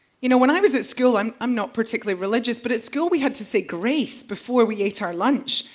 you know, when i was at school, i'm i'm not particularly religious, but at school we had to say grace before we ate our lunch.